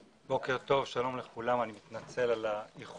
בוקר טוב לכולם, אני מתנצל על האיחור,